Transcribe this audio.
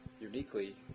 uniquely